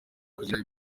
kuzagira